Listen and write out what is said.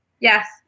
Yes